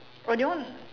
or do you want